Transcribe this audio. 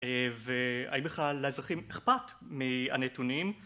והאם בכלל לאזרחים אכפת מהנתונים.